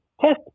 test